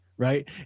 Right